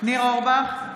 ניר אורבך,